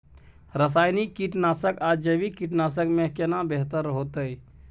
रसायनिक कीटनासक आ जैविक कीटनासक में केना बेहतर होतै?